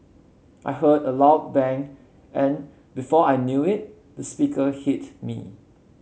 I heard a loud bang and before I knew it the speaker hit me